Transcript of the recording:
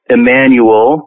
Emmanuel